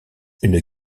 une